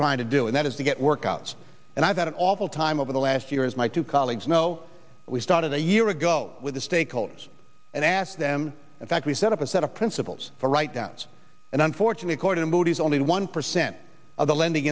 trying to do and that is to get work out and i've had an awful time over the last year as my two colleagues know we started a year ago with the stakeholders and asked them in fact we set up a set of principles for right now and unfortunately cordon bodies only one percent of the lending